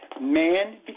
man